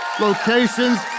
locations